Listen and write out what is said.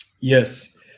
Yes